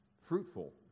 fruitful